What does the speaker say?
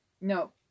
No